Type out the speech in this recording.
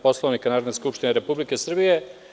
Poslovnika Narodne skupštine Republike Srbije.